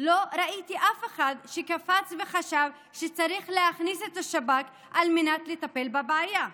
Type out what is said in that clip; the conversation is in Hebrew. לא ראיתי אף אחד שקפץ וחשב שצריך להכניס את השב"כ על מנת לטפל בבעיה.